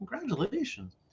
Congratulations